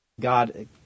God